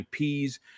IPs